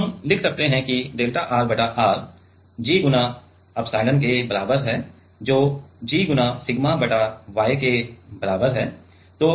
अब हम लिख सकते हैं कि डेल्टा R बटा R G गुणा एप्सिलॉन के बराबर है जो G गुणा सिग्मा बटा Y के बराबर है